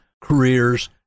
careers